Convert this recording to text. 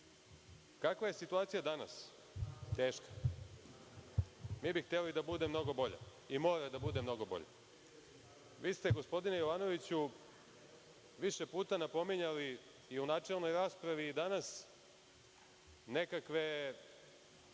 Kakva je situacija danas? Teška. Mi bi hteli da bude mnogo bolja i mora da bude mnogo bolja. Vi ste, gospodine Jovanoviću, više puna napominjali i u načelnoj raspravi i danas nekakve